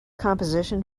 composition